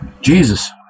Jesus